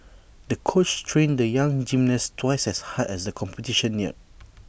the coach trained the young gymnast twice as hard as the competition neared